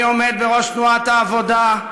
אני עומד בראש תנועת העבודה,